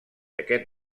aquest